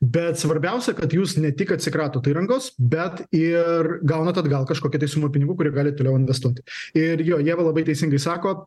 bet svarbiausia kad jūs ne tik atsikratot įrangos bet ir gaunat atgal kažkokią tai sumą pinigų kurią galit toliau investuoti ir jo ieva labai teisingai sako